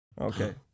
Okay